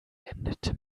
endete